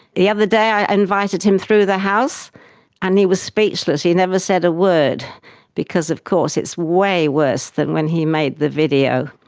the other day i invited him through the house and he was speechless, he never said a word because of course it is way worse than when he made the video.